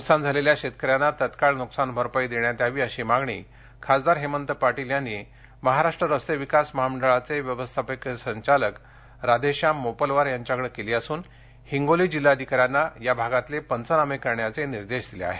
नुकसान झालेल्या शेतकऱ्यांना तात्काळ नुकसान भरपाई देण्यात यावी अशी मागणी खासदार हेमंत पाटील यांनी महाराष्ट्र रस्ते विकास महामंडळाचे व्यवस्थापकीय संचालक राधेश्याम मोपलवार यांच्याकडं केली असून हिंगोली जिल्हाधिकाऱ्यांना या भागातले पंचनामे करण्याचे निर्देश दिले आहेत